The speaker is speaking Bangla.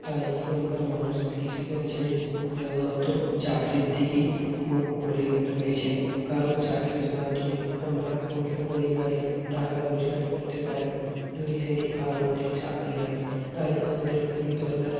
তাই এখনকার মানুষ কৃষিকাজ ছেড়ে প্রধানত চাকরির দিকেই মুখ করে রয়েছেন কারণ চাকরির মাধ্যমে আমরা প্রচুর পরিমাণে টাকা রোজগার করতে পারি যদি সেটি ভালো মানের চাকরি হয় তাই আমাদের খুবই দরকার